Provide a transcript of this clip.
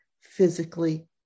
physically